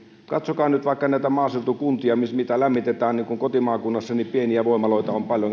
katsokaa nyt vaikka näitä maaseutukuntia niin kuin kotimaakunnassani pieniä voimaloita on paljon